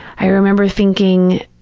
i remember thinking,